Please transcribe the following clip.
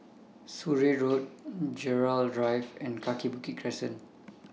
Surrey Road Gerald Drive and Kaki Bukit Crescent